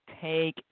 take